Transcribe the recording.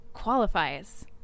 Qualifies